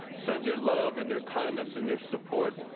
send your love and your kindness and your support.